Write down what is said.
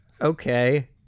okay